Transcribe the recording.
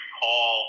call